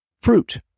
Fruit